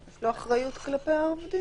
יש לו אחריות כלפי העובדים.